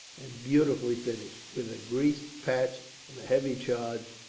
and beautifully finished. with a greased patch and a heavy charge,